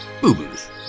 boo-boos